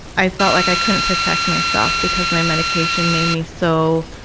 i felt like i couldn't protect myself because my medication made me so